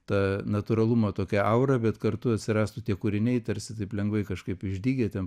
ta natūralumo tokia aura bet kartu atsirastų tie kūriniai tarsi taip lengvai kažkaip išdygę ten